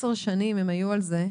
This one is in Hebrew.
עשר שנים הם היו על זה,